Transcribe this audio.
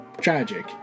tragic